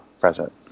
present